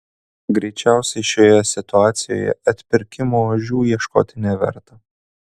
greičiausiai šioje situacijoje atpirkimo ožių ieškoti neverta